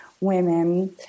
women